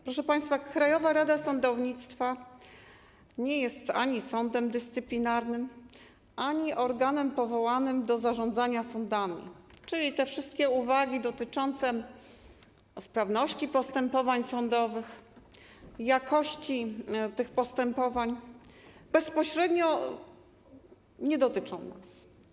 Proszę państwa, Krajowa Rada Sądownictwa nie jest ani sądem dyscyplinarnym, ani organem powołanym do zarządzania sądami, czyli te wszystkie uwagi dotyczące sprawności postępowań sądowych, jakości tych postępowań nie dotyczą nas bezpośrednio.